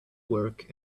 work